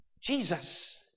Jesus